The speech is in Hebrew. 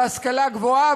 והשכלה גבוהה,